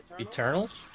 Eternals